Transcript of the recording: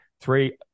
three